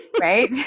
Right